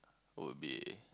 would be